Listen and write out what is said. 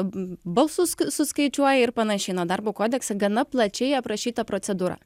balsus suskaičiuoja ir panašiai nu darbo kodekse gana plačiai aprašyta procedūra